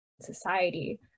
society